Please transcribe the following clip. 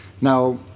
now